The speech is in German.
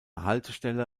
haltestelle